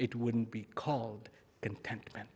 it wouldn't be called and